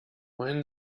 when